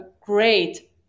great